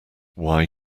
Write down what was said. why